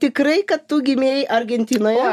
tikrai kad tu gimei argentinoje